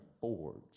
forge